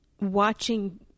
watching